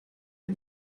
you